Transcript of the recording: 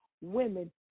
women